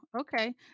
okay